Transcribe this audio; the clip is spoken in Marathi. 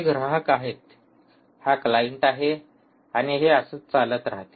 हे ग्राहक आहेत हा क्लायंट आहे आणि हे असेच चालत राहते